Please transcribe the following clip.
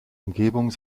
umgebung